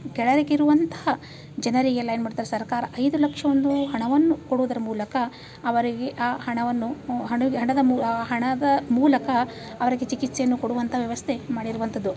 ಕೆಳ ರೇಖೆ ಇರುವಂಥ ಜನರಿಗೆಲ್ಲ ಏನು ಮಾಡ್ತಾರೆ ಸರಕಾರ ಐದು ಲಕ್ಷ ಒಂದು ಹಣವನ್ನು ಕೊಡುವುದರ ಮೂಲಕ ಅವರಿಗೆ ಆ ಹಣವನ್ನು ಹಣಿಗೆ ಹಣದ ಮೂ ಆ ಹಣದ ಮೂಲಕ ಅವರಿಗೆ ಚಿಕಿತ್ಸೆಯನ್ನು ಕೊಡುವಂಥ ವ್ಯವಸ್ಥೆ ಮಾಡಿರುವಂಥದ್ದು